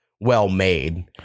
well-made